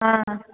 ஆ